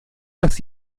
las